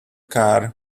car